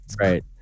Right